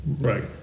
right